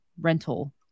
rental